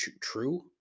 true